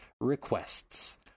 requests